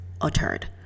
uttered